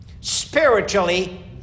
Spiritually